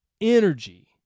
energy